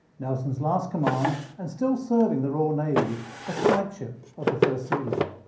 nelson's last command and still serving the royal navy as flagship of the first sea lord.